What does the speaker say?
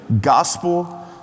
gospel